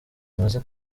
bamaze